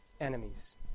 enemies